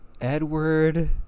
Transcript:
Edward